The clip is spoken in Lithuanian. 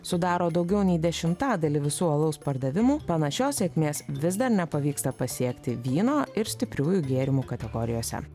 sudaro daugiau nei dešimtadalį visų alaus pardavimų panašios sėkmės vis dar nepavyksta pasiekti vyno ir stipriųjų gėrimų kategorijose